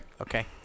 Okay